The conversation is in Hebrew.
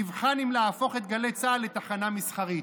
נבחן אם להפוך את גלי צה"ל לתחנה מסחרית.